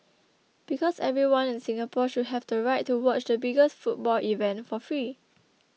because everyone in Singapore should have the right to watch the biggest football event for free